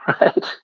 Right